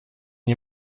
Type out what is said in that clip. nie